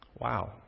Wow